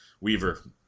Weaver